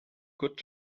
good